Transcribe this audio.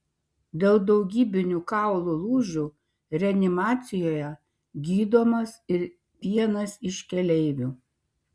dėl daugybinių kaulų lūžių reanimacijoje gydomas ir vienas iš keleivių